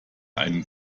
einen